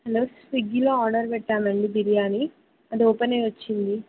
hello స్విగ్గీలో order పెట్టానండి బిర్యానీ అది ఓపెన్ అయ్య వచ్చింది